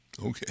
Okay